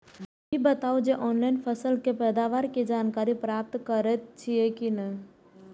ई बताउ जे ऑनलाइन फसल के पैदावार के जानकारी प्राप्त करेत छिए की नेय?